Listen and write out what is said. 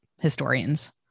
historians